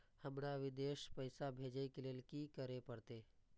हमरा विदेश पैसा भेज के लेल की करे परते?